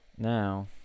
Now